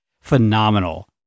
phenomenal